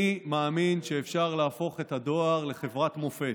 אני מאמין שאפשר להפוך את הדואר לחברת מופת,